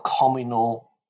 communal